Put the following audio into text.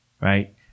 right